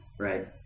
Right